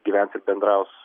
gyvens ir bendraus